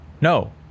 No